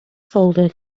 folder